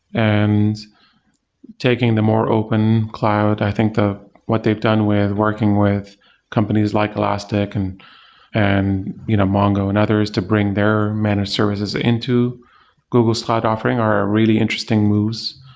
and taking the more open cloud, i think what they've done with working with companies like elastic and and you know mongo and others to bring their managed services into google's cloud offering are really interesting moves.